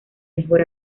mejor